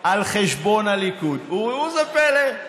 על חשבון הליכוד, וראו איזה פלא,